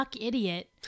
idiot